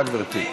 בבקשה, גברתי.